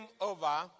over